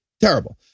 Terrible